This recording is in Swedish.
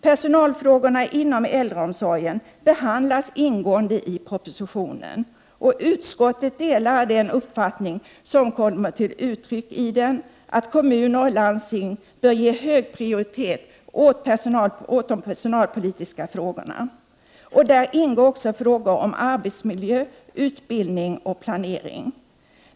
Personalfrågorna inom äldreomsorgen behandlas ingående i propositionen. Utskottet delar den uppfattning som kommer till uttryck i propositionen, att kommuner och landsting bör ge hög prioritet åt de personalpolitiska frågorna. Där ingår Jockså frågor om arbetsmiljö, utbildning och planering.